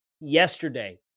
yesterday